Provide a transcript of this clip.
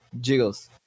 Jiggles